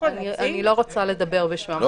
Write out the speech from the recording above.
אני לא רוצה לדבר בשמם.